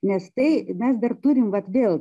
nes tai mes dar turim vat vėl